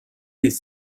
des